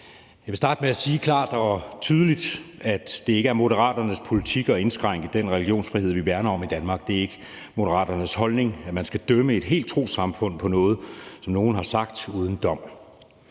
Jeg vil starte med klart og tydeligt at sige, at det ikke er Moderaternes politik at indskrænke den religionsfrihed, vi værner om i Danmark. Det er ikke Moderaternes holdning, at man skal dømme et helt trossamfund på noget, som nogle har sagt uden dom.